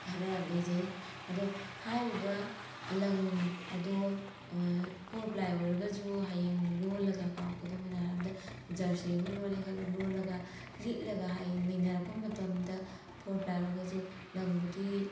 ꯈꯔ ꯂꯩꯖꯩ ꯑꯗꯨ ꯍꯥꯏꯔꯤꯕ ꯂꯪ ꯑꯗꯣ ꯐꯣꯔ ꯄ꯭ꯂꯥꯏ ꯑꯣꯏꯔꯒꯁꯨ ꯍꯌꯦꯡ ꯂꯣꯜꯂꯒꯀꯣ ꯈꯨꯗꯝ ꯑꯣꯏꯅ ꯍꯥꯏꯔꯕꯗ ꯖꯔꯁꯤ ꯑꯃ ꯂꯣꯜꯂꯦ ꯈꯜꯂꯣ ꯂꯣꯜꯂꯒ ꯂꯤꯠꯂꯒ ꯍꯌꯦꯡ ꯅꯩꯅꯔꯛꯄ ꯃꯇꯝꯗ ꯐꯣꯔ ꯄ꯭ꯂꯥꯏ ꯑꯣꯏꯔꯒꯁꯨ ꯂꯪꯕꯨꯗꯤ